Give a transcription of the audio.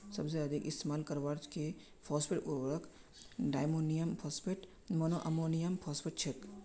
सबसे अधिक इस्तेमाल करवार के फॉस्फेट उर्वरक डायमोनियम फॉस्फेट, मोनोअमोनियमफॉस्फेट छेक